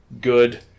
good